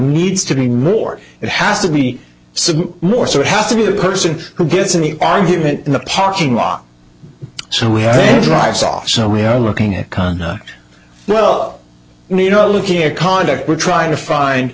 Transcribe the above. needs to be more it has to be some more so it has to be the person who gets in an argument in the parking lot so we have drives off so we are looking at khan well you know looking at conduct we're trying to find